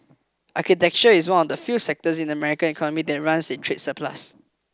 agriculture is one of the few sectors of the American economy that runs a trade surplus